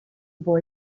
boy